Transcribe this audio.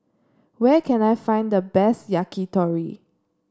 where can I find the best Yakitori